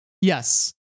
Yes